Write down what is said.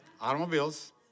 automobiles